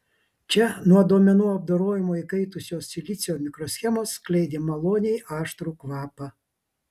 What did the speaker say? čia nuo duomenų apdorojimo įkaitusios silicio mikroschemos skleidė maloniai aštrų kvapą